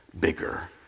bigger